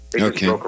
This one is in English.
Okay